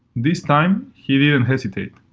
this time he didn't hesitate,